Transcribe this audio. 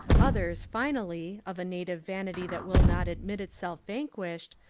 others, finally, of a native vanity that will not admit itself vanquished,